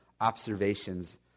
observations